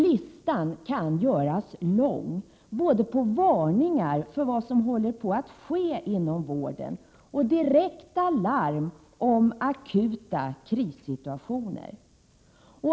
Listan kan göras lång över både varningar för vad som håller på att ske inom vården och direkta larm om akuta krissituationer.